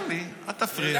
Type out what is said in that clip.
-- תן לי, אל תפריע.